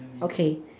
okay